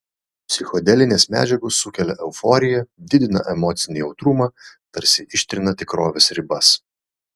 psichodelinės medžiagos sukelia euforiją didina emocinį jautrumą tarsi ištrina tikrovės ribas